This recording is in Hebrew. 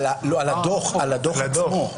על הדוח עצמו.